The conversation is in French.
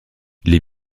les